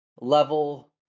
level